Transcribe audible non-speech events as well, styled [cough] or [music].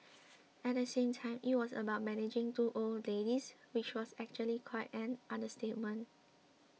[noise] at the same time it was about managing two old ladies which was actually quite an understatement